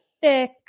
thick